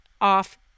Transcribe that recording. off